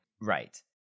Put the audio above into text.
Right